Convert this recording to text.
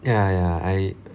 ya ya I